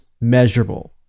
measurable